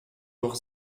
noch